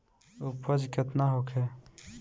उपज केतना होखे?